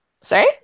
Sorry